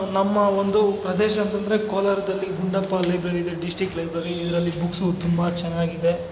ನಮ್ಮ ಒಂದು ಪ್ರದೇಶ ಅಂತಂದರೆ ಕೋಲಾರದಲ್ಲಿ ಗುಂಡಪ್ಪ ಲೈಬ್ರೆರಿ ಇದೆ ಡಿಸ್ಟಿಕ್ ಲೈಬ್ರೆರಿ ಇದರಲ್ಲಿ ಬುಕ್ಸು ತುಂಬ ಚೆನ್ನಾಗಿದೆ